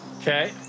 Okay